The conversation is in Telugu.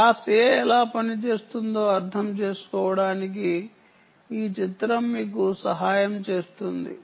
క్లాస్ ఎ ఎలా పనిచేస్తుందో అర్థం చేసుకోవడానికి ఈ చిత్రం మీకు సహాయం చేస్తుంది